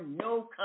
no